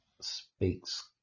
speaks